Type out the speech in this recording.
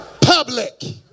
Public